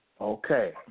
Okay